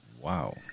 Wow